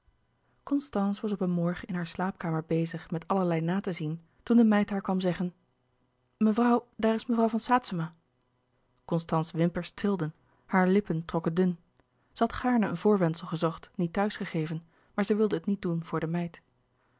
constance was op een morgen in hare slaapkamer bezig met allerlei na te zien toen de meid haar kwam zeggen mevrouw daar is mevrouw van saetzema constance's wimpers trilden hare lippen trokken dun zij had gaarne een voorwendsel gezocht niet thuis gegeven maar zij wilde het niet doen voor de meid